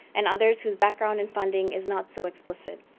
and others whose background and funding is not so explicit.